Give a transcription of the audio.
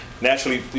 Naturally